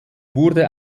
wurde